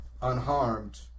unharmed